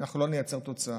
אנחנו לא נייצר תוצאה.